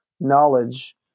knowledge